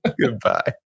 Goodbye